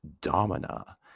Domina